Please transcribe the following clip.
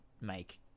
make